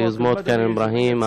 יוזמת קרן אברהם,